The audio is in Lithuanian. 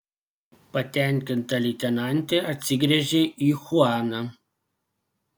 patenkinta leitenantė atsigręžė į chuaną